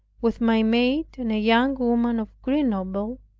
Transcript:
with my maid and a young woman of grenoble,